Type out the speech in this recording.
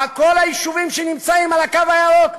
כל היישובים שנמצאים על הקו הירוק,